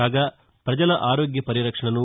కాగా ప్రజల ఆరోగ్య పరిరక్షణను